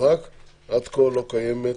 עד כה לא קיימת